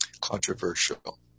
controversial